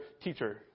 teacher